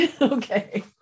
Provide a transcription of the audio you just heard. Okay